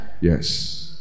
Yes